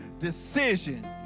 decision